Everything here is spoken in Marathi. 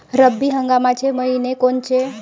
रब्बी हंगामाचे मइने कोनचे?